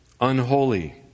unholy